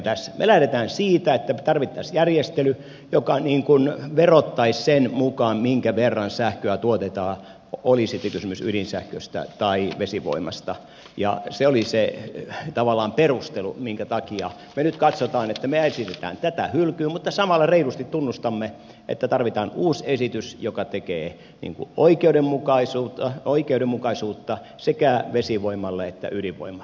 me lähdemme siitä että tarvittaisiin järjestely joka verottaisi sen mukaan minkä verran sähköä tuotetaan oli sitten kysymys ydinsähköstä tai vesivoimasta ja se oli tavallaan se perustelu minkä takia me nyt katsomme että me esitämme tätä hylkyä mutta samalla reilusti tunnustamme että tarvitaan uusi esitys joka tekee oikeudenmukaisuutta sekä vesivoimalle että ydinvoimalle